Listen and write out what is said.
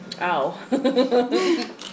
Ow